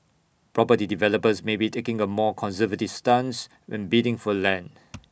property developers may be taking A more conservative stance when bidding for land